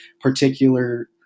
particular